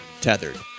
Tethered